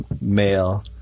male